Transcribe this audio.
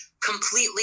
completely